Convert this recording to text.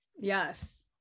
yes